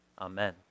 Amen